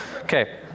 okay